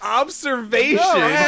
observation